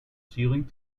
sealing